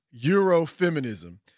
Eurofeminism